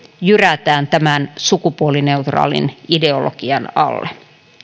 jyrätään tämän sukupuolineutraalin ideologian alle